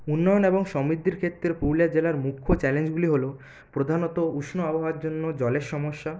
উন্নয়ন এবং সমৃদ্ধির ক্ষেত্রে পুরুলিয়া জেলার মুখ্য চ্যালেঞ্জগুলি হল প্রধানত উষ্ণ আবহাওয়ার জন্য জলের সমস্যা